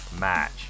match